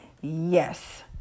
yes